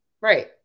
Right